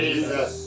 Jesus